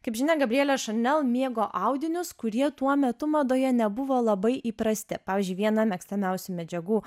kaip žinia gabrielė šanel mėgo audinius kurie tuo metu madoje nebuvo labai įprasti pavyzdžiui viena mėgstamiausių medžiagų